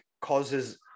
causes